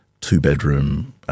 two-bedroom